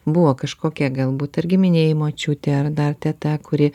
buvo kažkokia galbūt ar giminėj močiutė ar dar teta kuri